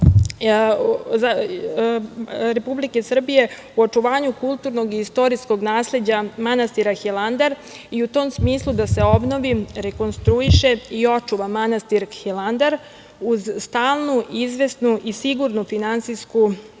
Republike Srbije u očuvanju kulturnog i istorijskog nasleđa manastira Hilandar i u tom smislu, da se obnovi, rekonstruiše i očuva manastir Hilandar, uz stalnu izvesnu i sigurnu finansijsku